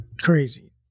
crazy